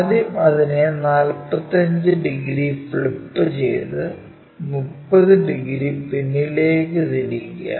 ആദ്യം അതിനെ 45 ഡിഗ്രി ഫ്ലിപ്പുചെയ്ത് 30 ഡിഗ്രി പിന്നിലേക്ക് തിരിക്കുക